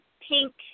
pink